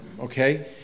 okay